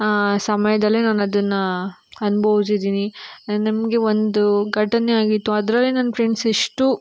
ಸಮಯ್ದಲ್ಲೇ ನಾನು ಅದನ್ನು ಅನುಭವ್ಸಿದ್ದೀನಿ ನಮಗೆ ಒಂದು ಘಟನೆ ಆಗಿತ್ತು ಅದರಲ್ಲಿ ನನ್ನ ಫ್ರೆಂಡ್ಸ್ ಎಷ್ಟು